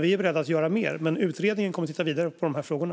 Vi är beredda att göra mer, och utredningen kommer att titta vidare på de här frågorna.